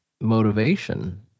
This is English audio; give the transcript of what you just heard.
motivation